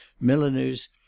milliners